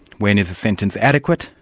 when is a sentence adequate,